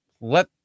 let